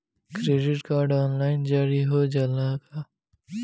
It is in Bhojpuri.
क्रेडिट कार्ड ऑनलाइन जारी हो जाला का?